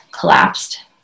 collapsed